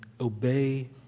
obey